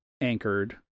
anchored